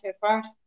first